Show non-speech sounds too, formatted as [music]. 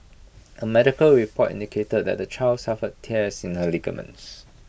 [noise] A medical report indicated that the child suffer tears in her ligaments